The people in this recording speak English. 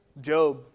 Job